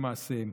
במעשיהם,